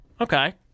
okay